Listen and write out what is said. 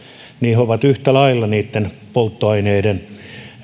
he he ovat yhtä lailla niitten polttoaineiden